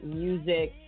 music